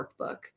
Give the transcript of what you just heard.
workbook